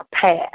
path